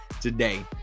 today